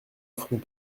front